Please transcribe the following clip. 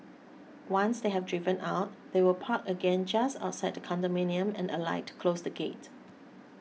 once they have driven out they will park again just outside the condominium and alight to close the gate